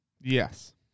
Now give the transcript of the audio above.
Yes